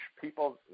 people